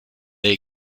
lake